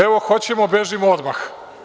Evo, hoćemo, bežimo odmah.